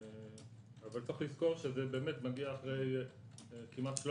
אבל צריך לזכור שזה מגיע אחרי כמעט 13